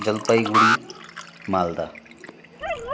Jalpaiguri Malda